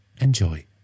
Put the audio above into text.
Enjoy